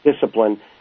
discipline